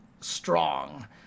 strong